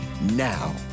Now